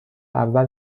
اول